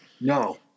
No